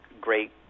great